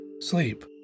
sleep